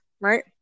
right